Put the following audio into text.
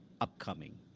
upcoming